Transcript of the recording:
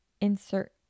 insert